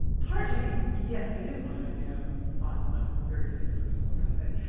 partly yes, it is my idea of fun, i'm a very sick person, what can i say?